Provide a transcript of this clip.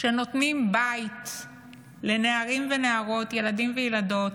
שנותנים בית לנערים ונערות, ילדים וילדות,